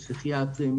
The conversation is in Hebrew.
פסיכיאטרים,